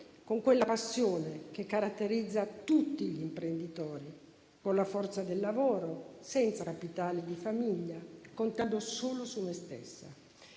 con quella passione che caratterizza tutti gli imprenditori, con la forza del lavoro, senza capitali di famiglia, contando solo su me stessa.